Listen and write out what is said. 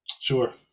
Sure